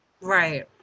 Right